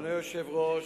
אדוני היושב-ראש,